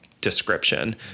description